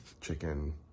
chicken